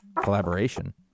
collaboration